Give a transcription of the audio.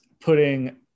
putting